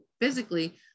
physically